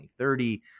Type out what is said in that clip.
2030